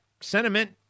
sentiment